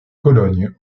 cologne